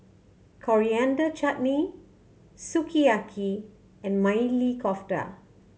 Coriander Chutney Sukiyaki and Maili Kofta